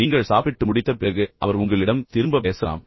நீங்கள் சாப்பிட்டு முடித்த பிறகு அந்த நபர் உங்களிடம் திரும்ப பேசலாம்